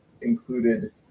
included